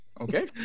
Okay